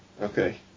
Okay